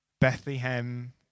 Bethlehem